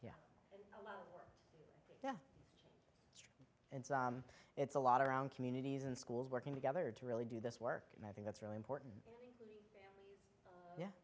yeah yeah yeah and it's a lot around communities and schools working together to really do this work and i think that's really important yeah